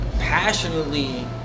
Passionately